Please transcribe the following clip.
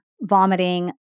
vomiting